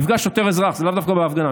מפגש שוטר אזרח זה לאו דווקא בהפגנה,